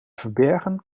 verbergen